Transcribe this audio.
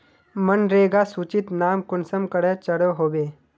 मनरेगा सूचित नाम कुंसम करे चढ़ो होबे?